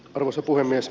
arvoisa puhemies